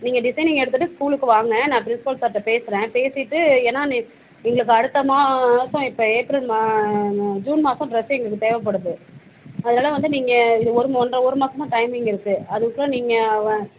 நீங்கள் டிசைனிங் எடுத்துட்டு ஸ்கூலுக்கு வாங்க நான் ப்ரின்ஸ்பல் சார்கிட்ட பேசுகிறேன் பேசிட்டு ஏன்னா நே எங்களுக்கு அடுத்த மாதம் இப்போ ஏப்ரல் மா ந ஜூன் மாத் ம் ட்ரெஸ்ஸு எங்களுக்கு தேவைப்படுது அதனால் வந்து நீங்கள் இந்த ஒரு ஒன்றரை ஒரு மாதமா டைமிங் இருக்குது அதுக்குள்ள நீங்கள் வ